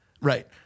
Right